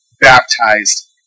baptized